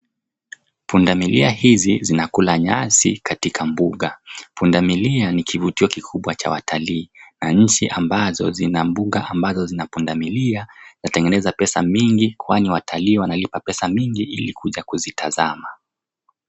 Punda milia hizi zinakula nyasi katika mbuga. Punda milia ni kivutio kiikubwa cha watalii na nchi ambazo zina mbuga ambazo zina punda milia zatengeneza pesa mingi kwani watalii wanalipa pesa mingi ili kuja kuzitazama.